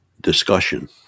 discussion